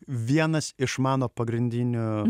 vienas iš mano pagrindinių